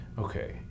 Okay